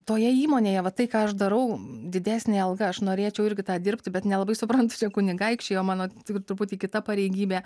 toje įmonėje va tai ką aš darau didesnė alga aš norėčiau irgi tą dirbti bet nelabai suprantu čia kunigaikščiai o mano truputį kita pareigybė